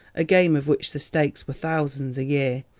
a game of which the stakes were thousands a year,